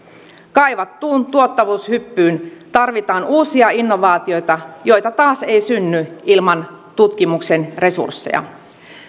kaivattuun tuottavuushyppyyn tarvitaan uusia innovaatioita joita taas ei synny ilman tutkimuksen resursseja